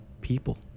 people